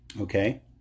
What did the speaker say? Okay